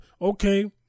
okay